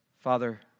Father